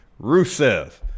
Rusev